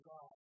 God